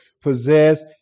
possess